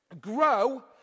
grow